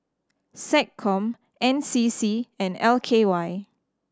SecCom N C C and L K Y